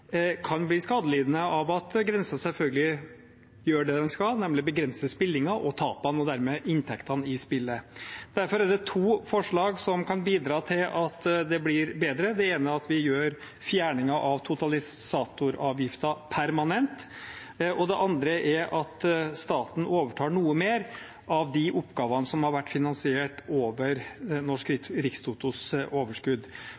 kan bli skadelidende av at grensen selvfølgelig gjør det den skal, nemlig begrenser spillingen og tapene og dermed inntektene i spillet. Derfor er det to forslag som kan bidra til at det blir bedre. Det ene er at vi gjør fjerningen av totalisatoravgiften permanent, og det andre er at staten overtar noe mer av de oppgavene som har vært finansiert over Norsk